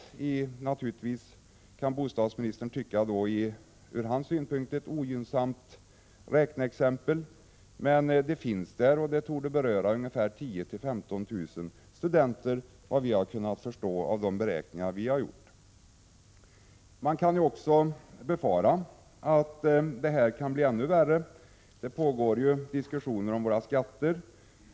Naturligtvis kan bostadsministern tycka att det ur hans synpunkt är ett ogynnsamt räkneexempel, men det finns där och torde beröra 10 000-15 000 studenter, efter vad vi har kunnat förstå av de beräkningar som vi har gjort. Man kan också befara att det hela kan bli ännu värre. Det pågår ju diskussioner om våra skatter.